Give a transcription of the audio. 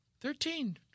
Thirteen